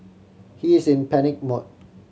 he is in panic mode